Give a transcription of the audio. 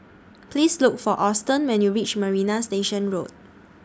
Please Look For Auston when YOU REACH Marina Station Road